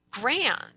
grand